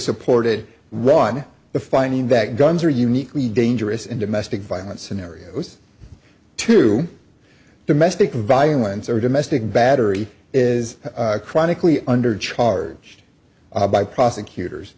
supported run the finding that guns are uniquely dangerous in domestic violence scenarios to domestic violence or domestic battery is chronically under the charge by prosecutors